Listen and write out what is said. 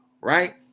right